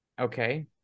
Okay